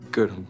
Good